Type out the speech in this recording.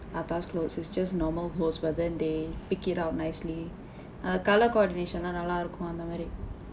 atas clothes is just normal clothes but then they pick it out nicely a color coordination தான் நல்லா இருக்கும் அந்த மாதிரி:thaan nalaa irukkum andtha maathiri